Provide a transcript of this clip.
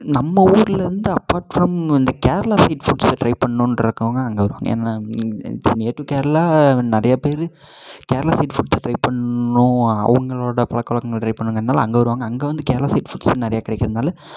நம்ம ஊர்லேருந்து apart from இந்து கேரளா சைட் ஃபுட்ஸ் ட்ரைப் பண்ணணுன் இருக்கிறவங்க அங்கே வருவாங்க ஏன்னா நியர் டூ கேரளா நிறையா பேர் கேரளா சைட் ஃபுட் ட்ரை பண்ணும் அவங்களோடயா பழக்க வழக்கங்கள் ட்ரை பண்ணுங்கறனால அங்கே வருவாங்க அங்க வந்து கேரளா சைட் ஃபுட்ஸ் நிறையா கிடைக்கிறனால